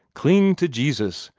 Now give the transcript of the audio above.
cling to jesus,